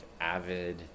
avid